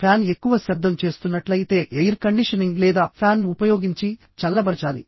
fan ఎక్కువ శబ్దం చేస్తున్నట్లయితే ఎయిర్ కండిషనింగ్ లేదా ఫ్యాన్ ఉపయోగించి చల్లబరచాలి